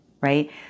right